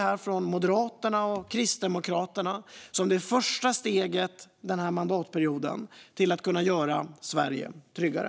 Vi i Moderaterna och Kristdemokraterna ser detta som det första steget under denna mandatperiod till att kunna göra Sverige tryggare.